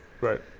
Right